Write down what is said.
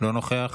לא נוכח,